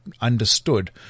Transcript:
understood –